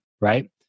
right